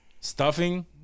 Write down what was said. stuffing